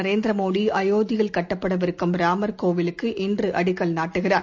நரேந்திரமோடிஅயோத்தியில் கட்டப்படவிருக்கும் ராமர் கோவிலுக்கு இன்றுஅடிக்கல் நாட்டுகிறார்